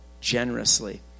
generously